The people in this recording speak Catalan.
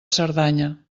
cerdanya